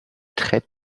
très